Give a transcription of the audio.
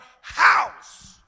house